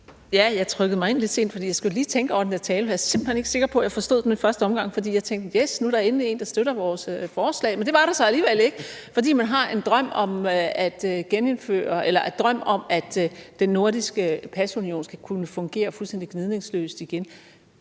Jeg trykkede mig ind lidt sent, fordi jeg lige skulle tænke lidt over den der tale. Jeg er simpelt hen ikke sikker på, at jeg forstod den i første omgang. Jeg tænkte: Yes, nu er der endelig en, der støtter vores forslag. Men det var der så alligevel ikke, fordi man har en drøm om, at den nordiske pasunion skal kunne fungere fuldstændig gnidningsløst igen.